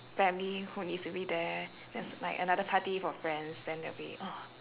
family who needs to be there there's like another party for friends then there'll be oh